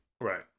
right